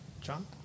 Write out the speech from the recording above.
John